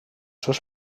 seus